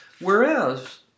Whereas